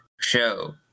show